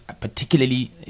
particularly